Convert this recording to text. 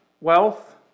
wealth